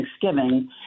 Thanksgiving